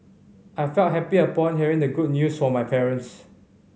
I felt happy upon hearing the good news from my parents